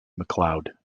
mcleod